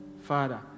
Father